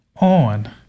on